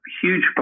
huge